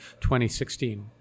2016